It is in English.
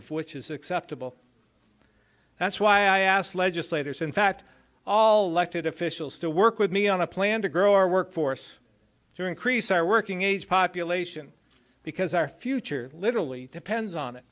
of which is acceptable that's why i asked legislators in fact all legit officials to work with me on a plan to grow our workforce to increase our working age population because our future literally depends on it